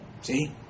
See